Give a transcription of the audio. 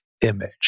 image